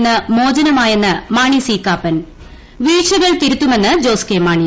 നിന്ന് മോചനമായെന്ന് മാണി സ്റ്റി ്കാപ്പൻ വീഴ്ചകൾ തിരുത്തുമെന്ന് ജോസ് ക്കെ മാണി